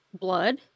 blood